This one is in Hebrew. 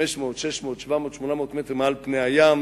500, 600, 700, 800 מטר מעל פני הים,